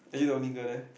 are you the only girl there